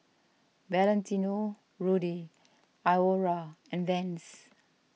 Valentino Rudy Iora and Vans